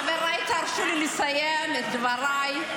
חבריי, תרשו לי לסיים את דבריי.